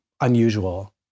unusual